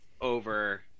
over